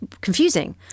confusing